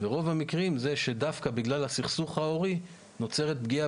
ברוב המקרים בגלל הסכסוך ההורי נוצרת פגיעה